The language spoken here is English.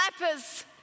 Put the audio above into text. lepers